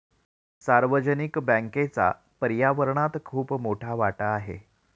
सार्वजनिक बँकेचा पर्यावरणात खूप मोठा वाटा आहे